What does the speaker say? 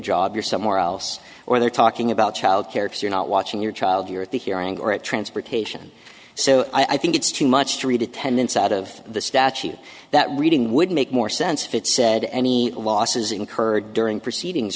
job you're somewhere else or they're talking about child care if you're not watching your child you're at the hearing or at transportation so i think it's too much to read attendance out of the statute that reading would make more sense if it said any losses incurred during proceedings